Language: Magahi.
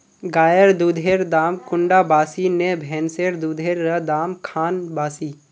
गायेर दुधेर दाम कुंडा बासी ने भैंसेर दुधेर र दाम खान बासी?